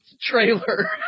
trailer